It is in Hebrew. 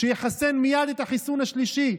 לחסן מייד את החיסון השלישי.